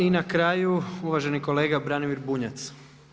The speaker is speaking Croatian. I na kraju uvaženi kolega Branimir Bunjac.